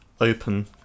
open